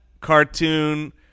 cartoon